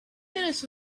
tennis